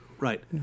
Right